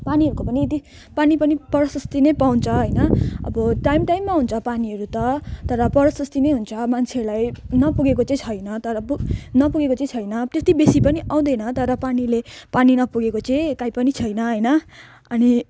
पानीहरूको पनि यति पानी पनि प्रसस्तै नै पाउँछ होइन अब टाइम टाइममै हुन्छ पानीहरू त तर प्रसस्ति नै हुन्छ मान्छेहरूलाई नपुगेको चाहिँ छैन तर नपुगेको चाहिँ छैन त्यति बेसी पनि आउँदैन तर पानीले पानी नपुगेको चाहिँ कहीँ पनि छैन होइन अनि